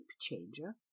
changer